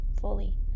fully